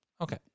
Okay